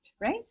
right